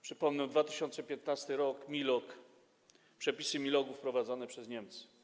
Przypomnę: 2015 r., MiLoG, przepisy MiLoG-u wprowadzone przez Niemcy.